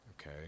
okay